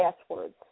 passwords